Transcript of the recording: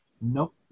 Nope